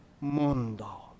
mundo